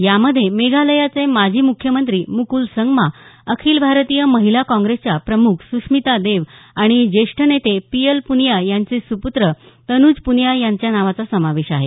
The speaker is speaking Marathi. यामध्ये मेघालयाचे माजी मुख्यमंत्री मुकूल संगमा अखिल भारतीय महिला काँग्रेसच्या प्रमुख सुश्मिता देव आणि ज्येष्ठ नेते पी एल पुनिया यांचे पुत्र तनुज पुनिया यांच्या नावाचा समावेश आहे